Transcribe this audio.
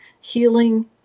healing